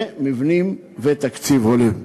מבנים ותקציב הולם.